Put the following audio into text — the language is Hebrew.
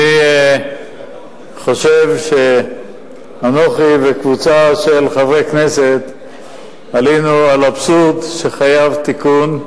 אני חושב שאנוכי וקבוצת חברי כנסת עלינו על אבסורד שחייב תיקון,